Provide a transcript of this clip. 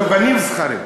לא, בנים זכרים.